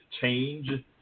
change